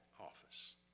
office